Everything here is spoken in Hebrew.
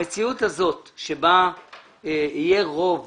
המציאות הזאת בה יהיה רוב